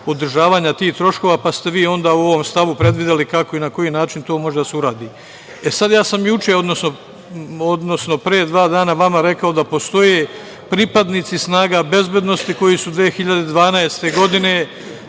održavanja tih troškova, pa ste vi onda u ovom stavu predvideli kako i na koji način se to može uraditi.E, sad, ja sam juče, odnosno pre dva dana vama rekao da postoje pripadnici snaga bezbednosti koji su 2012. godine